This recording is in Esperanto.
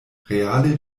reale